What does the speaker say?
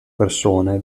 persone